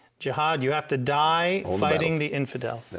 jihad. you have to die fighting the infidel. yeah.